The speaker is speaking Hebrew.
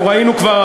אנחנו ראינו כבר,